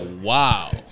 wow